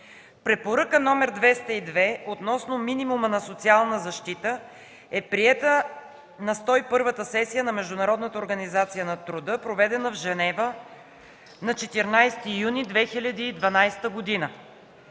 Препоръка № 202 относно минимума на социална защита е приета на Сто и първата сесия на Международната организация на труда, проведена в Женева на 14 юни 2012 г.